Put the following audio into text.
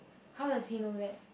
how does he know that